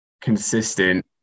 consistent